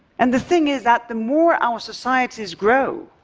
and the thing is that the more our societies grow,